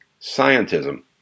scientism